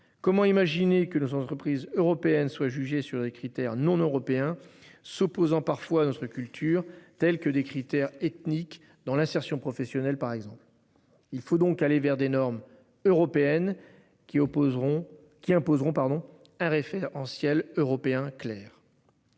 Comment imaginer que nos entreprises européennes soient jugés sur des critères non européens s'opposant parfois notre culture telles que des critères ethniques dans l'insertion professionnelle par exemple. Il faut donc aller vers des normes européennes. Qui opposeront qui imposeront